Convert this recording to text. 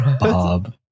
Bob